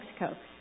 Mexico